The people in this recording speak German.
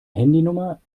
handynummer